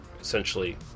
essentially